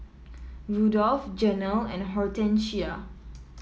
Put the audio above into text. Rudolf Janell and Hortencia